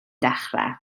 dechrau